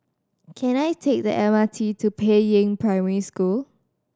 can I take the M R T to Peiying Primary School